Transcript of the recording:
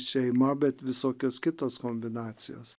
šeima bet visokios kitos kombinacijos